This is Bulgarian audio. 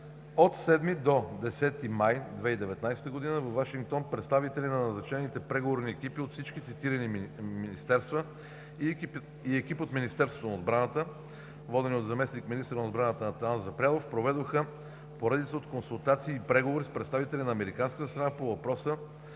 От 7 до 10 май 2019 г. във Вашингтон представители на назначените преговорни екипи от всички цитирани министерства и екип от Министерството на отбраната, водени от заместник министъра на отбраната Атанас Запрянов, проведоха поредица от консултации и преговори с представители на американската страна по въпроси,